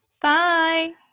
Bye